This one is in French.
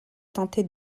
tentait